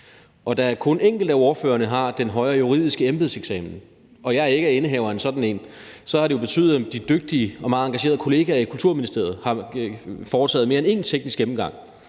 Og da kun enkelte af ordførerne har den højere juridiske embedseksamen og jeg ikke er indehaver af en sådan, har det jo betydet, at de dygtige og meget engagerede kollegaer i Kulturministeriet har foretaget mere end en teknisk gennemgang